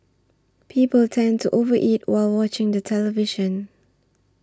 people tend to over eat while watching the television